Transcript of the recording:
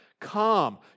Come